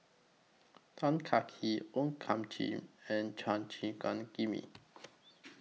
Tan Kah Kee O Thiam Chin and Chua Gim Guan Jimmy